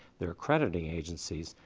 their crediting agencies,